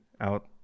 out